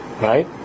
right